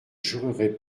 jurerait